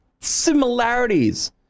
similarities